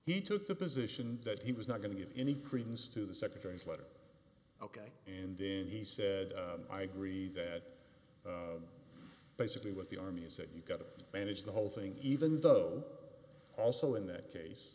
he took the position that he was not going to give any credence to the secretary's letter ok and then he said i agree that basically what the army said you've got to manage the whole thing even though also in that case